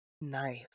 Nice